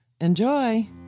Enjoy